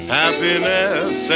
happiness